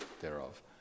thereof